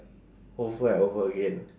over and over again